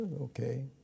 Okay